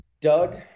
Doug